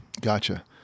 Gotcha